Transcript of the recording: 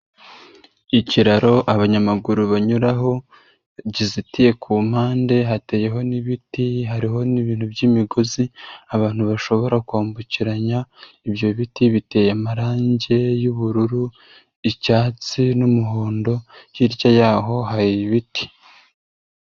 Ikiraro abanyamaguru banyuraho, kizitiye kumpande hateyeho n'ibiti hariho n'ibintu by'imigozi abantu bashobora kwambukiranya ibyo biti biteye amarangi y'ubururu, icyatsi n'umuhondo, hirya yaho hari ibiti.